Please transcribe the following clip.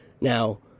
now